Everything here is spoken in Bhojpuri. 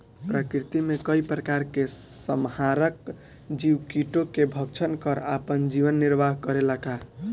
प्रकृति मे कई प्रकार के संहारक जीव कीटो के भक्षन कर आपन जीवन निरवाह करेला का?